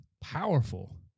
powerful